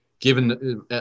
Given